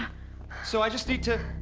so i just need to